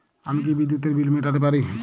আমি কি বিদ্যুতের বিল মেটাতে পারি?